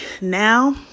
now